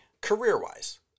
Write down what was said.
career-wise